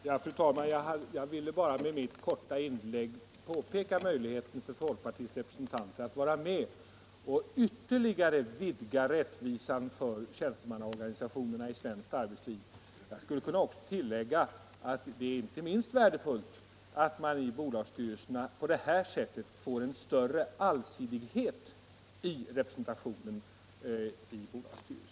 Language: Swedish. Fru talman! Jag ville bara med mitt korta inlägg peka på möjligheten för folkpartiets representanter att vara med och ytterligare vidga rättvisan för tjänstemannaorganisationerna i svenskt arbetsliv. Jag skulle också kunna tillägga att det inte minst är värdefullt att man på det här sättet får en större allsidighet i representationen i bolagsstyrelsen.